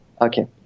Okay